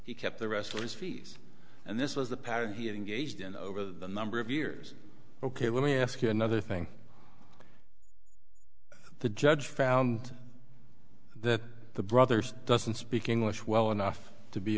he kept the rest of his fees and this was the pattern he had engaged in over the number of years ok let me ask you another thing the judge found that the brother's doesn't speak english well enough to be